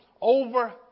over